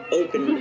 open